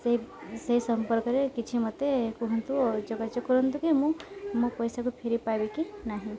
ସେଇ ସେଇ ସମ୍ପର୍କରେ କିଛି ମତେ କୁହନ୍ତୁ ଯୋଗାଯୋଗ କରନ୍ତୁ କି ମୁଁ ମୋ ପଇସାକୁ ଫେରି ପାଇବି କି ନାହିଁ